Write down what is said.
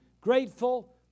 grateful